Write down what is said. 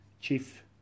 chief